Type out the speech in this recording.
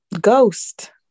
ghost